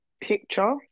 picture